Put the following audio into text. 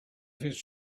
his